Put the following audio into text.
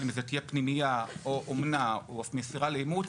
אם זאת תהיה פנימייה או אומנה או מסירה לאימוץ